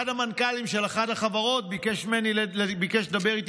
אחד המנכ"לים של אחת החברות ביקש לדבר איתי